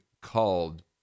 called